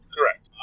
Correct